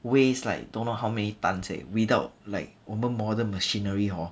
weighs like don't know how many tonnes eh without like 我们 modern machinery hor